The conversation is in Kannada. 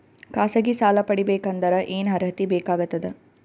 ಖಾಸಗಿ ಸಾಲ ಪಡಿಬೇಕಂದರ ಏನ್ ಅರ್ಹತಿ ಬೇಕಾಗತದ?